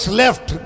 left